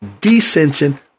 descension